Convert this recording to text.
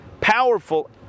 powerful